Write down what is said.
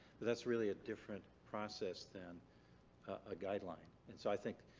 but that's really a different process than a guideline and so i think.